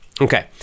okay